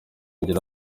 ngira